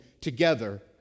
together